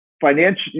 financial